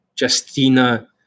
Justina